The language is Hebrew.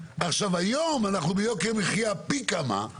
היום אנחנו ביוקר מחיה פי כמה,